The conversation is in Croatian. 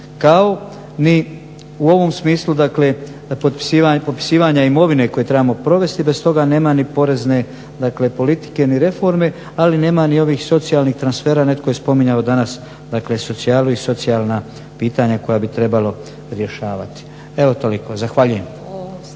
kao ni u ovom smislu popisivanja imovine koje trebamo provesti, bez toga nema ni porezne politike ni reforme, ali nema ni ovih socijalnih transfera. Netko je spominjao danas socijalu i socijalna pitanja koja bi trebalo rješavati. Evo, toliko. Zahvaljujem.